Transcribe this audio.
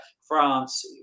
France